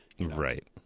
right